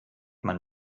man